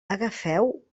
agafeu